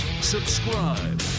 subscribe